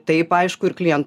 taip aišku ir kliento